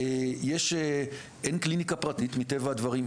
ואין קליניקה פרטית מטבע הדברים,